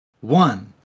One